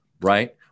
Right